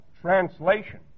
translation